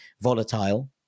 volatile